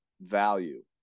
value